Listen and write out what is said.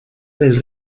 del